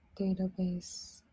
database